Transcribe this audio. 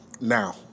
Now